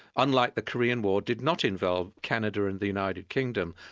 unlike the korean war, did not involve canada and the united kingdom,